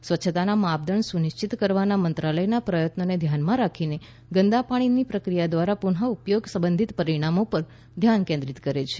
સ્વચ્છતાના માપદંડ સુનિશ્ચિત કરવાના મંત્રાલયના પ્રયત્નોને ધ્યાનમાં રાખીને ગંદાપાણીના પ્રક્રિયા દ્વારા પુનઃ ઉપયોગ સંબંધિત પરિમાણો પર ધ્યાન કેન્દ્રિત કરે છે